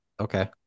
okay